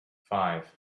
five